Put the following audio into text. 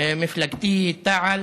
מפלגתי תע"ל